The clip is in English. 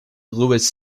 louis